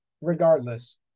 Regardless